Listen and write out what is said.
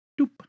Doop